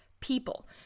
People